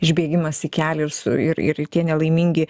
išbėgimas į kelią ir su ir ir ir tie nelaimingi